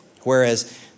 whereas